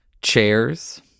Chairs